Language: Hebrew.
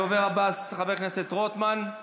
הדובר הבא, חבר הכנסת רוטמן,